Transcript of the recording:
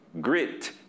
Grit